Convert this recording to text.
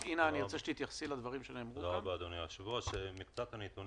גם הפיצוי על 30% מההפסדים הקשיחים לא התקבל,